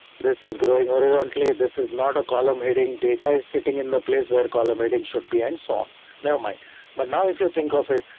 this is growing horizontally. this is not a collimating. data is sitting in the place where collimating should be, and so on. never mind. but now if you think of it,